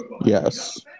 Yes